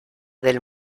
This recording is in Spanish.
del